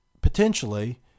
potentially